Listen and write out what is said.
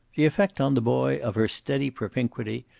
the effect on the boy of her steady propinquity,